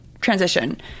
transition